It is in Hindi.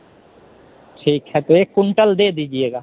ठीक है तो एक कुंटल दे दीजिएगा